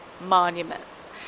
monuments